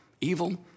Evil